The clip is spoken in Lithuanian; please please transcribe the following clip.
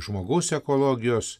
žmogaus ekologijos